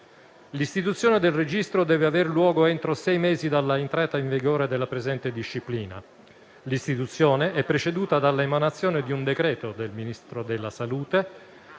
L'istituzione del registro deve aver luogo entro sei mesi dall'entrata in vigore della presente disciplina. L'istituzione è preceduta dall'emanazione di un decreto del Ministro della salute,